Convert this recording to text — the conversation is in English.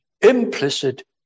implicit